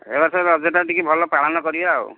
ଏ ବର୍ଷ ରଜଟା ଟିକିଏ ଭଲ ପାଳନ କରିବା ଆଉ